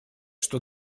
что